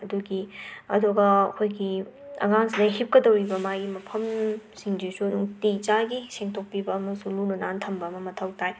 ꯑꯗꯨꯒꯤ ꯑꯗꯨꯒ ꯑꯈꯣꯏꯒꯤ ꯑꯉꯥꯡꯁꯤꯅ ꯍꯤꯞꯀꯗꯧꯔꯤꯕ ꯃꯥꯏ ꯃꯐꯝꯁꯤꯡꯖꯤꯁꯨ ꯅꯨꯡꯇꯤꯖꯥꯒꯤ ꯁꯦꯡꯇꯣꯛꯄꯤꯕ ꯑꯃꯁꯨꯡ ꯂꯨꯅ ꯅꯥꯟ ꯊꯝꯕ ꯑꯃ ꯃꯊꯧ ꯇꯥꯏ